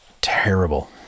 terrible